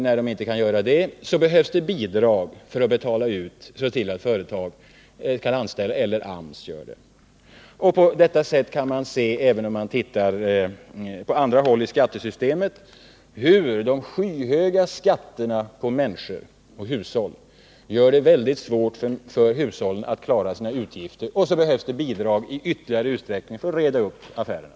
När företagen inte klarar det, behövs det bidrag för att företaget skall kunna anställa folk, eller också får AMS göra det. Även på andra håll kan man se, när man granskar skattesystemet, hur de skyhöga skatterna på människor och hushåll gör det väldigt svårt för hushållen att klara utgifterna. Det behövs sedan ytterligare bidrag för att reda upp affärerna.